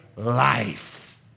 life